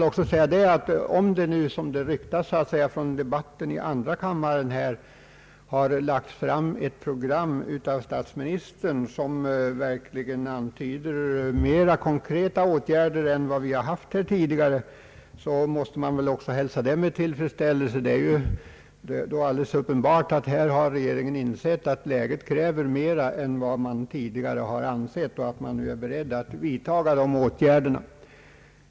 Om det, som det nu ryktas från debatten i andra kammaren, har lagts fram ett program av statsministern, som verkligen antyder mer konkreta åtgärder än tidigare, hälsar jag det med tillfredsställelse. Regeringen har då uppenbarligen insett att läget kräver mer än man tidigare har ansett, och man är således nu beredd att vidta åtgärder.